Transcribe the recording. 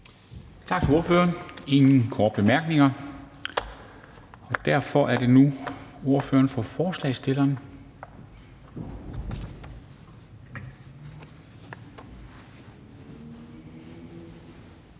Tak til ordføreren. Der er ingen korte bemærkninger. Derfor er det nu ordføreren for forslagsstillerne,